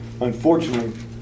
unfortunately